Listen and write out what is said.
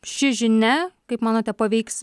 ši žinia kaip manote paveiks